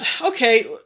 okay